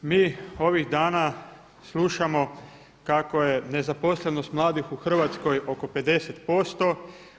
Mi ovih dana slušamo kako je nezaposlenost mladih u Hrvatskoj oko 50 posto.